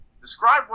Describe